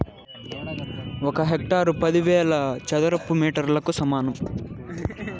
ఒక హెక్టారు పదివేల చదరపు మీటర్లకు సమానం